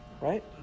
Right